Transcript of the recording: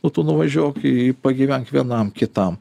nu tu nuvažiuok į pagyvenk vienam kitam